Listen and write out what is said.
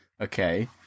Okay